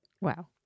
Wow